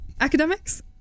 academics